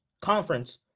conference